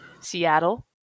Seattle